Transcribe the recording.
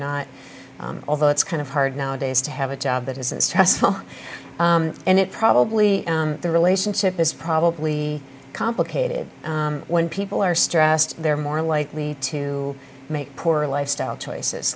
not although it's kind of hard nowadays to have a job that isn't stressful and it probably the relationship is probably complicated when people are stressed they're more likely to make poor lifestyle choices